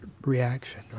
reaction